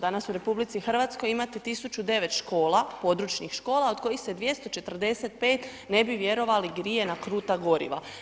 Danas u RH imate 1009 škola, područnih škola od kojih se 245, ne bi vjerovali, grije na kruta goriva.